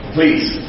Please